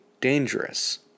Dangerous